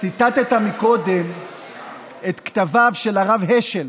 ציטטת קודם את כתביו של הרב השל,